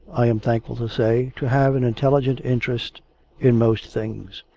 i am thankful to say, to have an intelligent interest in most things.